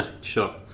Sure